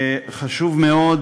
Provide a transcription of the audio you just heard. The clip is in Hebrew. חשוב מאוד